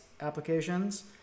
applications